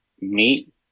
meat